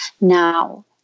Now